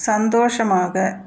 சந்தோஷமாக